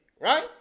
Right